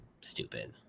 stupid